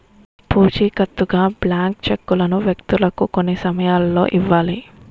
పూచికత్తుగా బ్లాంక్ చెక్కులను వ్యక్తులు కొన్ని సమయాల్లో ఇవ్వాలి